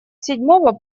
седьмого